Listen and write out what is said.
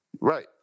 Right